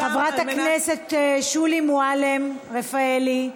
חברת הכנסת שולי מועלם-רפאלי.